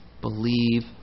believe